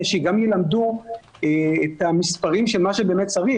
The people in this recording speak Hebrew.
שגם ילמדו את המספרים של מה שבאמת צריך.